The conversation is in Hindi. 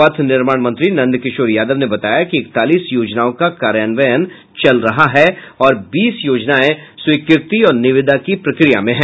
पथ निर्माण मंत्री नन्द किशोर यादव ने बताया कि इकतालीस योजनाओं का कार्यान्वयन चल रहा है और बीस योजनाएं स्वीकृति और निविदा की प्रक्रिया में है